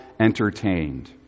entertained